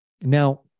Now